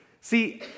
See